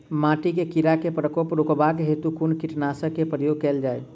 माटि मे कीड़ा केँ प्रकोप रुकबाक हेतु कुन कीटनासक केँ प्रयोग कैल जाय?